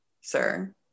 sir